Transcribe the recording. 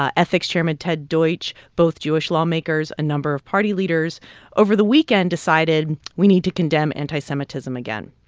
ah ethics chairman ted deutch, both jewish lawmakers, a number of party leaders over the weekend decided, we need to condemn anti-semitism again.